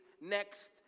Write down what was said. next